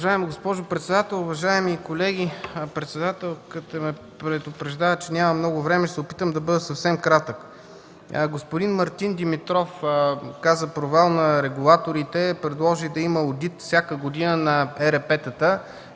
Уважаема госпожо председател! Уважаеми колеги, председателката ме предупреждава, че няма много време. Ще се опитам да бъда съвсем кратък. Господин Мартин Димитров каза провал на регулаторите, предложи всяка година да има одит на ЕРП-тата.